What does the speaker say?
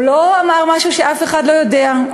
הוא לא אמר משהו שאף אחד לא יודע,